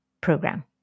program